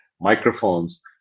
microphones